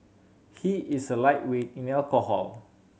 he is a lightweight in alcohol